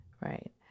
Right